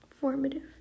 Formative